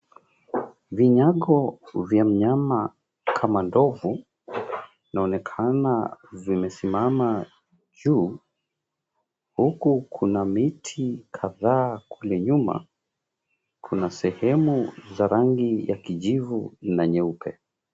Vinyago vya mnyama kama ndovu vinaonekana vimesimama juu, huku kuna miti kadhaa. Kule nyuma kuna sehemu za rangi ya kijivu na nyeupe.